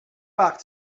back